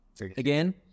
Again